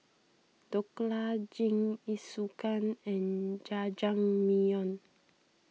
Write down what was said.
Dhokla Jingisukan and Jajangmyeon